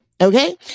okay